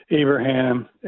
Abraham